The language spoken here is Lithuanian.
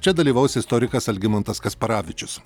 čia dalyvaus istorikas algimantas kasparavičius